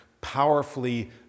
Powerfully